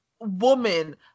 woman